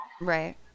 right